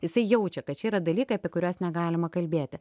jisai jaučia kad čia yra dalykai apie kuriuos negalima kalbėti